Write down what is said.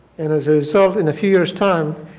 and as a result and if few years time,